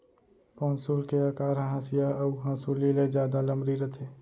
पौंसुल के अकार ह हँसिया अउ हँसुली ले जादा लमरी रथे